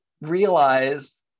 realize